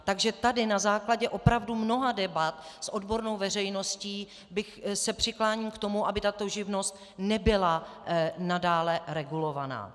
Takže tady na základě opravdu mnoha debat s odbornou veřejností se přikláním k tomu, aby tato živnost nebyla nadále regulována.